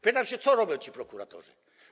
Pytam się: Co robią ci prokuratorzy?